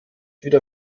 wieder